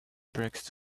bricks